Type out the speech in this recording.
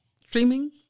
Streaming